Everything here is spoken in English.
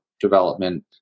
development